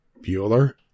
Bueller